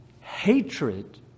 hatred